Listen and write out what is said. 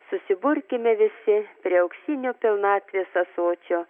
susiburkime visi prie auksinio pilnatvės ąsočio